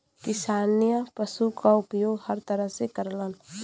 किसान पसु क उपयोग हर तरह से करलन